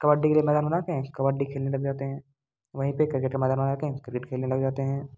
कबड्डी के लिए मैदान बना कर कबड्डी खेलने लग जाते हैं वहीं पर किर्केट के मैदान बना कर किर्केट खेलने लग जाते हैं